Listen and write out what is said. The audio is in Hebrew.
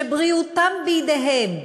שבריאותם בידיהם,